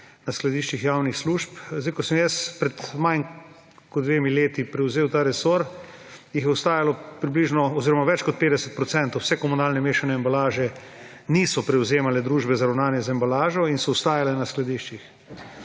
v skladiščih javnih služb. Ko sem jaz pred manj kot dvema letoma prevzel ta resor, jih je ostajalo več kot 50 %, vse komunalne mešane embalaže niso prevzemale družbe za ravnanje z embalažo in je ostajala v skladiščih.